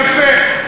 יפה.